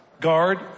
guard